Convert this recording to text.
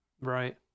Right